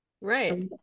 Right